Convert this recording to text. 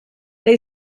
they